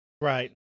Right